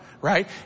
right